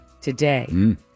today